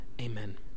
Amen